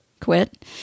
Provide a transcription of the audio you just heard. quit